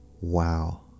Wow